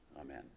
Amen